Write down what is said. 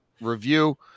review